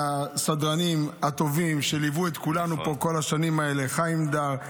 מהסדרנים הטובים שליוו את כולנו פה כל השנים האלה: חיים דאר,